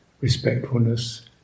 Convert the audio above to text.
respectfulness